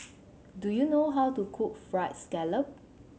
do you know how to cook Fried Scallop